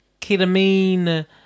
Ketamine